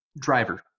driver